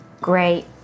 Great